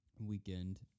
weekend